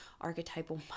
archetypal